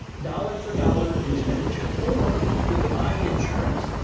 dollar for dollar expenditure. or, you could buy insurance,